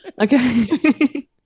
Okay